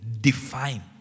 define